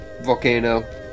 Volcano